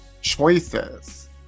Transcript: choices